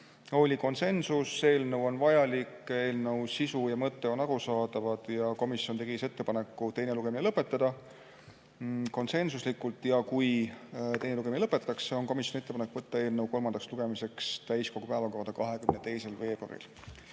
Oli konsensus, et eelnõu on vajalik, eelnõu sisu ja mõte on arusaadavad. Komisjon tegi konsensuslikult ettepaneku teine lugemine lõpetada ja kui teine lugemine lõpetatakse, on komisjoni ettepanek võtta eelnõu kolmandaks lugemiseks täiskogu päevakorda 22. veebruaril.